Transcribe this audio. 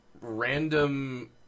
random